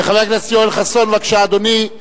חבר הכנסת יואל חסון, בבקשה, אדוני.